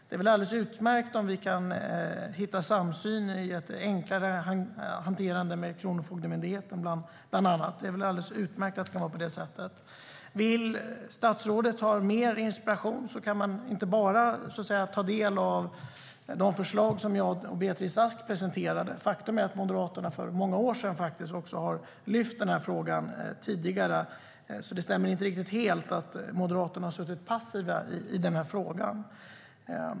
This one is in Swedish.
Det är utmärkt om vi kan hitta samsyn om ett enklare hanterande med Kronofogdemyndigheten, bland annat. Vill statsrådet ha mer inspiration kan han ta del inte bara av de förslag som jag och Beatrice Ask presenterade. Faktum är att Moderaterna lyfte upp detta för många år sedan. Det stämmer alltså inte att Moderaterna har varit passiva i denna fråga.